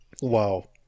Wow